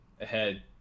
ahead